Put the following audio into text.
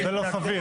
לא, זה לא סביר.